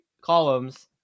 columns